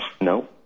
No